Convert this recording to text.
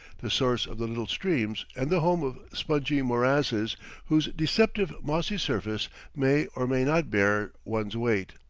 the source of the little streams and the home of spongy morasses whose deceptive mossy surface may or may not bear one's weight.